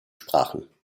sprachen